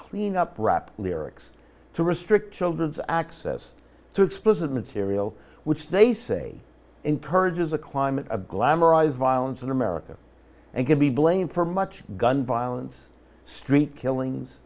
clean up rap lyrics to restrict children's access to explicit material which they say encourages a climate of glamorize violence in america and can be blamed for much gun violence street killings